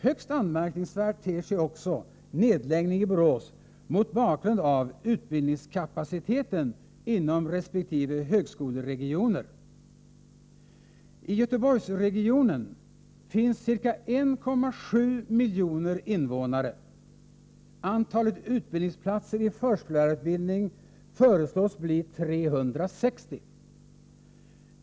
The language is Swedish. Högst anmärkningsvärd ter sig också nedläggningen i Borås mot bakgrund av utbildningskapaciteten inom resp. högskoleregioner. I Göteborgsregionen finns ca 1,7 miljoner invånare. Antalet utbildningsplatser i förskollärarutbildningen föreslås bli 360.